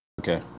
okay